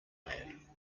man